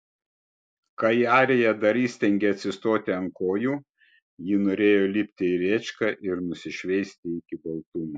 kai arija dar įstengė atsistoti ant kojų ji norėjo lipti į rėčką ir nusišveisti iki baltumo